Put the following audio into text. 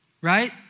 right